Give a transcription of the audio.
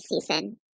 season